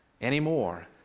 anymore